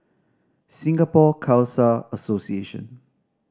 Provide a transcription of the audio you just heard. Singapore Khalsa Association